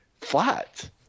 flat